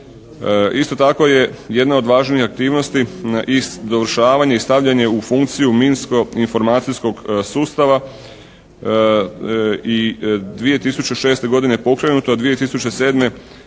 Isto tako je jedna od važnijih aktivnosti i dovršavanje i stavljanje u funkciju minsko informacijskog sustava i 2006. godine je pokrenuto, a 2007. će